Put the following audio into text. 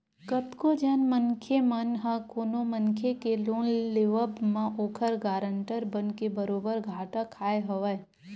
कतको झन मनखे मन ह कोनो मनखे के लोन लेवब म ओखर गारंटर बनके बरोबर घाटा खाय हवय